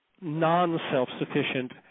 non-self-sufficient